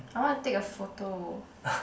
I wanna take a photo